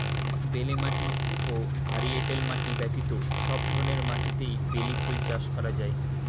বেলে মাটি ও ভারী এঁটেল মাটি ব্যতীত সব ধরনের মাটিতেই বেলি ফুল চাষ করা যায়